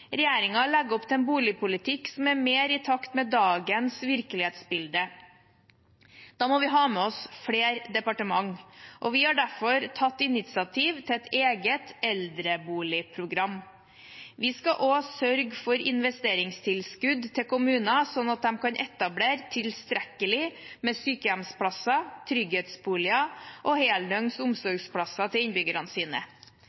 legger opp til en boligpolitikk som er mer i takt med dagens virkelighetsbilde. Da må vi ha med oss flere departement, og vi har derfor tatt initiativ til et eget eldreboligprogram. Vi skal også sørge for investeringstilskudd til kommunene, sånn at de kan etablere tilstrekkelig med sykehjemsplasser, trygghetsboliger og heldøgns